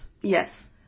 Yes